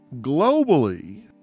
globally